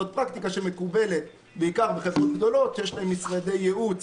זו פרקטיקה שמקובלת בעיקר בחברות גדולות שיש להם משרדי ייעוץ